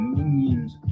Minions